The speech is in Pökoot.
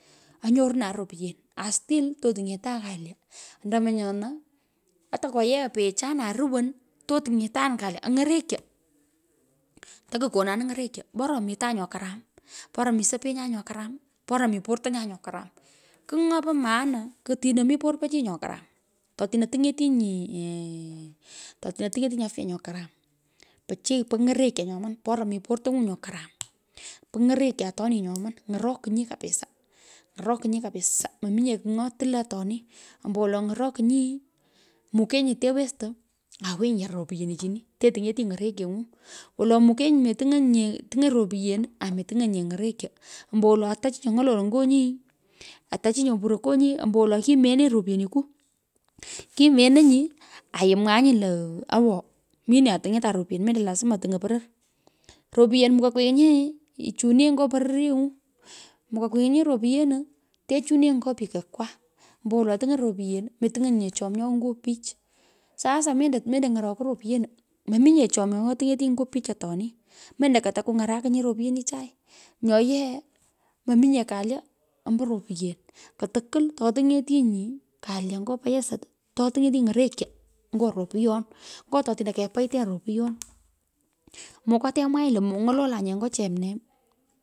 Onyorunan ropyen. a still tu tuny’etun kalya. Ando munyona. ata koyean peghechan aaruwon to tung’etan kalya. Any’orekyo. taju konanin ny’oreko bora omiton nyo karam. bora mi sopyenan nyo karam. bora mi portonyan nyo karam. Kigh nyo po maama. ku otino mi porpo chi nyo karam. To tino tiny’etinyi eee totino tiny’etinyi afya karam. poichiy po ny’orekyo nyoman bora mi portany’o nyo karam po ng’orekyo atoni nyoman. ny’orokinyi kabisa. ny’orokinyi kabisa. mominye kigh nyo tulie atoni. ombowolo ny’orokinyi. mukenyi tewesto. awenyi. awenyi yar ropyenichini te tiny’etinyi ng’orekyeng’u. wolo mukenyi metuny’enyinye. tinginye ropyen ame tiny’enyi ny’orekyo. ambowolo. ata chii nyo ny’ololoi nyo nyi. ata chi nyo mboroi nyo nyi. ambowolo kimenenyi ropyeniku. Kimenenyi aimwaanyile lo minee aa tung’etan ropyen mendo lasma tuny’en poror. Ropyen mukoi kwiinyi ichunienyi nyo pororyeng’u. mukoi kwiinyi ropyenu te chunienyi ngo pikokwa. ambowolo tiny’enyi ropyen. metinye’enyinye chomyogh nyo pichi. Sasa mendo ny’orokoi ropyenu. mominye chomyogh nyo ting’etinyi nyo pich atoni mendo kata kung’arakinyi ropyenichai. Nyo yeo mominye klaya ombo ropyen. ku tukwul to tinyetinyi kalya nyo payasat. to tiny’etinyi ny’orekyo nyo ropyon ngo to otino kepaitenyi ropyon. Muko temwaghani lo. mo ny’ololunye ngo chemnee.